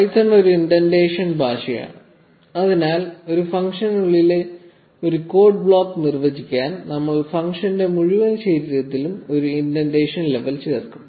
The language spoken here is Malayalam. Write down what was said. പൈത്തൺ ഒരു ഇൻഡന്റേഷൻ അടിസ്ഥാന ഭാഷയാണ് അതിനാൽ ഒരു ഫംഗ്ഷനുള്ളിലെ ഒരു കോഡ് ബ്ലോക്ക് നിർവ്വചിക്കാൻ നമ്മൾ ഫംഗ്ഷന്റെ മുഴുവൻ ശരീരത്തിലും ഒരു ഇൻഡെൻറേഷൻ ലെവൽ ചേർക്കും